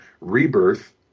Rebirth